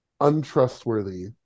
untrustworthy